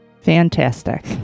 Fantastic